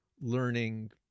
learning